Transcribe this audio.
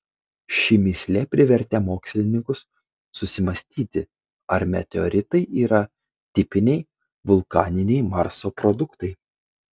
ši mįslė privertė mokslininkus susimąstyti ar meteoritai yra tipiniai vulkaniniai marso produktai